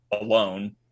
alone